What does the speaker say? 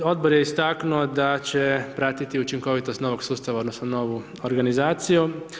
Obor je istaknuo da će pratiti učinkovitost novog sustava odnosno novu organizaciju.